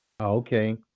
Okay